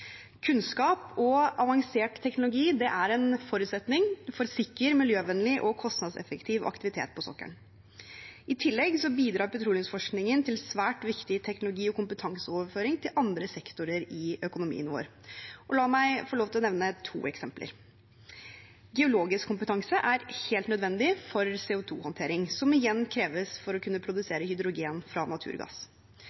Kunnskap og avansert teknologi er en forutsetning for sikker, miljøvennlig og kostnadseffektiv aktivitet på sokkelen. I tillegg bidrar petroleumsforskningen til svært viktig teknologi- og kompetanseoverføring til andre sektorer i økonomien vår. La meg få lov til å nevne to eksempler: Geologisk kompetanse er helt nødvendig for CO 2 -håndtering, som igjen kreves for å kunne